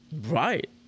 Right